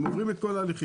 הם עוברים את כל ההליכים,